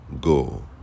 go